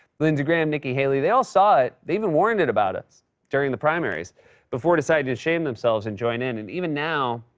lindsey graham, nikki haley they all saw it. they even warned us about it during the primaries before deciding to shame themselves, and join in. and even now,